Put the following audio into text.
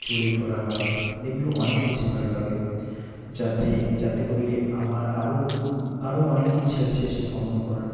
জুড়ে ঘোরা হয় এগুলো অনেক বেশি ভালো লাগে যাতে যাতে করে আমার আরো আরো অনেক ইচ্ছা আছে যে ভ্রমণ করার